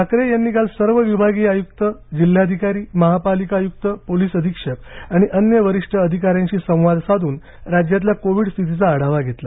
ठाकरे यांनी काल सर्व विभागीय आयुक्त जिल्हाधिकारी महापालिका आयुक्त पोलीस अधीक्षक आणि अन्य वरिष्ठ अधिकाऱ्यांशी संवाद साधून राज्यातल्या कोविड स्थितीचा आढावा घेतला